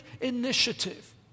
initiative